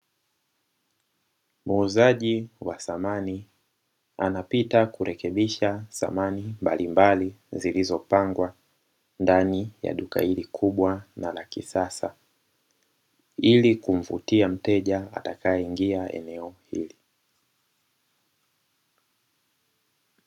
Muuzaji wa samani anapita kurekebisha samani mbalimbali zilizopangwa ndani ya duka hili kubwa na la kisasa, ili kumvutia mteja atakaeingia eneo hili.